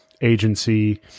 agency